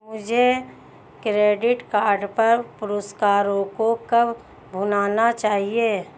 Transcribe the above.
मुझे credit card पर पुरस्कारों को कब भुनाना चाहिए?